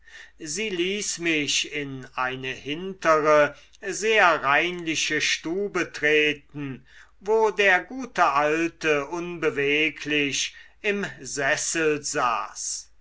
sie ließ mich in eine hintere sehr reinliche stube treten wo der gute alte unbeweglich im sessel saß